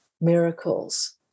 miracles